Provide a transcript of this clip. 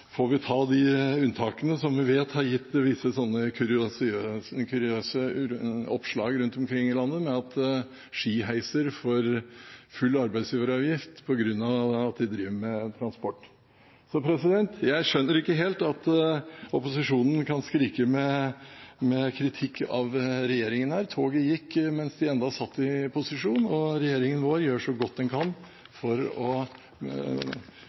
får vi ta de unntakene som vi vet har gitt visse kuriøse utslag rundt omkring i landet, som at skiheiser får full arbeidsgiveravgift fordi de driver med transport. Jeg skjønner ikke helt at opposisjonen her kan skrike med kritikk av regjeringen. Toget gikk mens de enda satt i posisjon, og regjeringen vår gjør så godt den kan for å